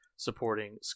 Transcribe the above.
supporting